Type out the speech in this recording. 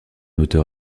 auteur